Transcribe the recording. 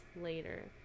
later